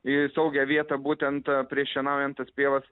į saugią vietą būtent prieš šienaujant tas pievas